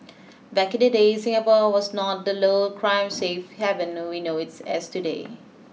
back in the day Singapore was not the low crime safe heaven we know it as today